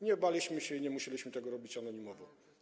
Nie baliśmy się i nie musieliśmy tego robić anonimowo.